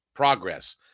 progress